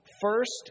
first